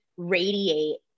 radiate